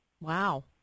Wow